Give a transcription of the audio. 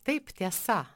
taip tiesa